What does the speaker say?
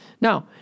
Now